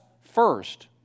first